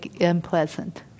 unpleasant